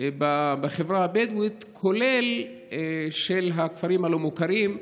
בחברה הבדואית, ובכלל זה של הכפרים הלא-מוכרים,